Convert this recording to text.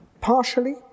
Partially